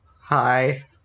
Hi